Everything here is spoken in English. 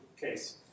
case